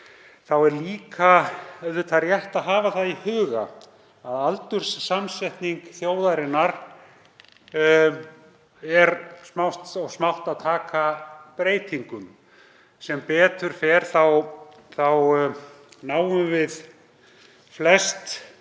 Þá er líka rétt að hafa í huga að aldurssamsetning þjóðarinnar er smátt og smátt að taka breytingum. Sem betur fer náum við flest